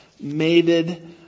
mated